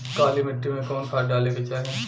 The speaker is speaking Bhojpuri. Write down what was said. काली मिट्टी में कवन खाद डाले के चाही?